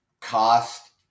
cost